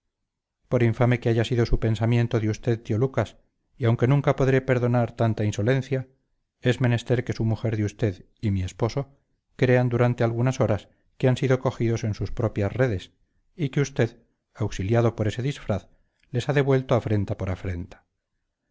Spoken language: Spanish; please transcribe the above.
por infame que haya sido su pensamiento de usted tío lucas y aunque nunca podré perdonar tanta insolencia es menester que su mujer de usted y mi esposo crean durante algunas horas que han sido cogidos en sus propias redes y que usted auxiliado por ese disfraz les ha devuelto afrenta por afrenta